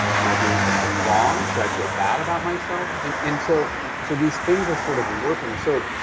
am i doing something wrong, should i feel bad about myself? yeah and and so so these things are sort of warping it. so